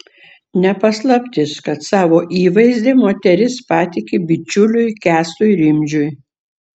ne paslaptis kad savo įvaizdį moteris patiki bičiuliui kęstui rimdžiui